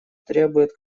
требуют